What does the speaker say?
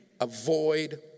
Avoid